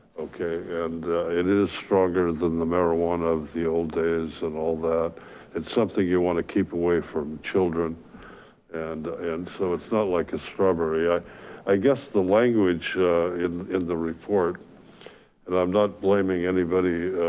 okay? and it is stronger than the marijuana of the old days and all that, it's something you wanna keep away from children and and so it's not like a strawberry. i i guess the language in in the report and i'm not blaming anybody